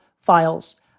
files